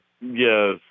Yes